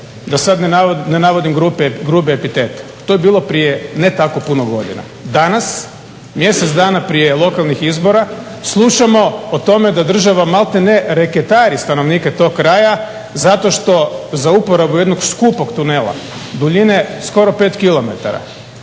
da se ne navodim grube epitete. To je bilo prije ne tako puno godina. Danas, mjesec dana prije lokalnih izbora slušamo o tome da država malte ne reketari stanovnike tog kraja zato što za uporabu jednog skupog tunela duljine skoro 5km, koji ima